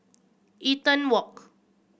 Eaton Walk